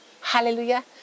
Hallelujah